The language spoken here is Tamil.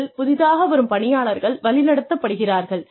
இதில் புதிதாக வரும் பணியாளர்கள் வழிநடத்தப்படுகிறார்கள்